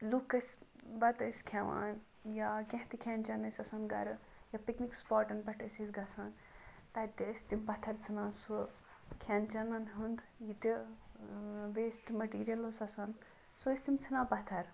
لُکھ ٲسۍ بَتہٕ ٲسۍ کھیٚوان یا کینٛہہ تہِ کھیٚن چٮ۪ن ٲسۍ آسان گَرِ یا پِکنِک سپاٹَن پیٚٹھ ٲسۍ أسۍ گَژھان تَتہِ ٲسۍ تِم پَتھَر ژھٕنان سُہ کھیٚن چٮ۪نَن ہُنٛد یہِ تہِ ویسٹہٕ میٚٹیٖریل اوس آسان سُہ ٲسۍ تِم ژھٕنان پَتھَر